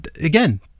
again